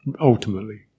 Ultimately